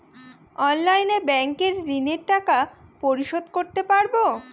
অনলাইনে ব্যাংকের ঋণের টাকা পরিশোধ করতে পারবো?